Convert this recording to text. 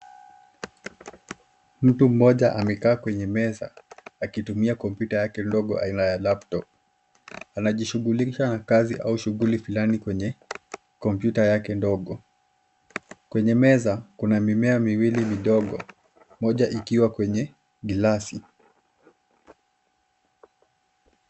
Mtu mmoja amekaa kwenye meza akitumia kompyuta yake ndogo aina ya laptop . Anajishughulisha na kazi au shughuli fulani kwenye kompyuta yake ndogo. Kwenye meza kuna mimea miwili midogo, moja ikiwa kwenye gilasi.